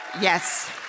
Yes